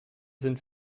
sind